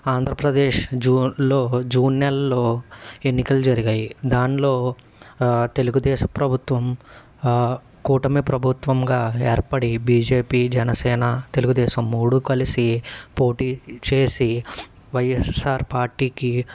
ఆంధ్రప్రదేశ్ జూన్లో జూన్ నెల్లో ఎన్నికలు జరిగాయి దాన్లో తెలుగుదేశ ప్రభుత్వం కూటమి ప్రభుత్వంగా ఏర్పడి బీజేపీ జనసేన తెలుగుదేశం మూడు కలిసి పోటీ చేసి వైఎస్ఆర్ పార్టీకి